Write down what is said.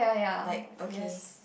like okay